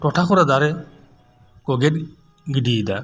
ᱴᱚᱴᱷᱟ ᱠᱚᱨᱮ ᱫᱟᱨᱮ ᱠᱚ ᱜᱮᱫ ᱜᱤᱰᱤᱭᱮᱫᱟ